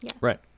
Right